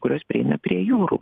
kurios prieina prie jūrų